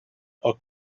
are